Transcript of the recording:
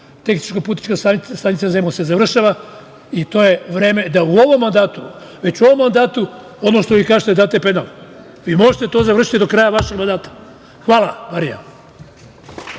tehničko-putnička stanica Zemun se završava i vreme je da već u ovom mandatu, ono što vi kažete, date penal. Vi možete to završiti do kraja vašeg mandata. Hvala, Marija.